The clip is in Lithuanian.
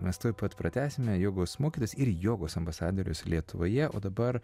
mes tuoj pat pratęsime jogos mokytojas ir jogos ambasadorius lietuvoje o dabar